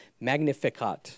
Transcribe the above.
Magnificat